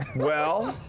well.